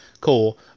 Cool